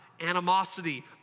animosity